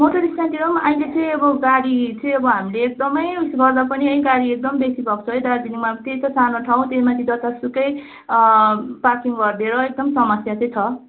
motor स्ट्यान्डतिर पनि अहिले चाहिँ अब गाडी चाहिँ अब हामीले एकदमै उइस गर्दा पनि है गाडी एकदम बेसी भएको छ है दार्जिलिङमा त्यही त सानो ठाउँ त्यही माथि जतासुकै पार्किङ गरिदिएर एकदम समस्या चाहिँ छ